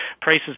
prices